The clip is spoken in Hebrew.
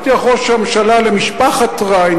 הבטיח ראש הממשלה למשפחת ריין,